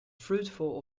fruitful